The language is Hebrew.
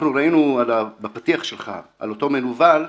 אנחנו ראינו בפתיח שלך על אותו מנוול,